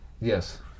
Yes